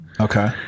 Okay